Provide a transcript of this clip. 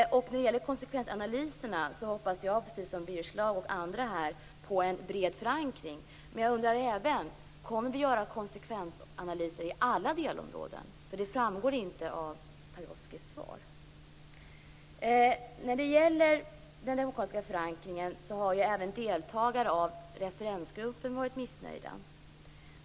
När det gäller konsekvensanalyserna hoppas jag, precis som Birger Schlaug och andra här, på en bred förankring. Men jag undrar även om vi kommer att göra konsekvensanalyser på alla delområden. Det framgår inte av Pagrotskys svar. I fråga om den demokratiska förankringen har ju även deltagare av referensgruppen varit missnöjda.